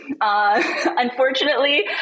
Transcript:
Unfortunately